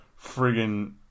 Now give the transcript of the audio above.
friggin